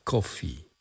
Coffee